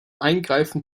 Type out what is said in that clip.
eingreifen